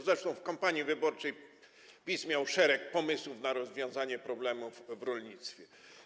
Zresztą w kampanii wyborczej PiS miał szereg pomysłów na rozwiązanie problemów w rolnictwie.